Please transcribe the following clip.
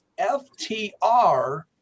FTR